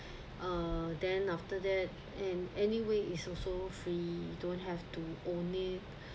uh then after that and any way is also free you don't have to own it